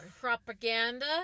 propaganda